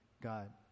God